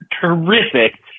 terrific